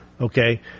okay